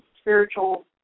spiritual